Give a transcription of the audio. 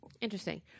Interesting